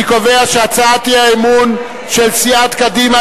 אני קובע שהצעת האי-אמון של סיעת קדימה,